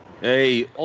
Hey